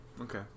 Okay